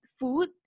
food